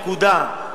נקודה.